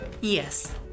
Yes